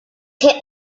hip